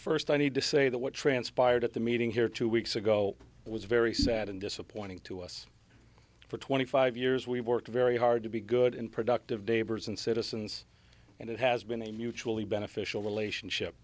first i need to say that what transpired at the meeting here two weeks ago was very sad and disappointing to us for twenty five years we've worked very hard to be good and productive day bers and citizens and it has been a mutually beneficial relationship